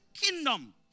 kingdom